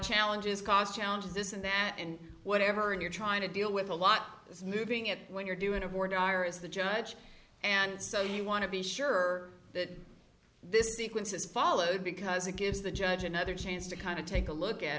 challenges cost challenges this and that and whatever and you're trying to deal with a lot that's moving at when you're doing a more dire is the judge and so you want to be sure that this sequence is followed because it gives the judge another chance to kind of take a look at